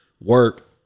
work